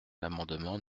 l’amendement